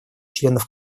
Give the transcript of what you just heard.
членов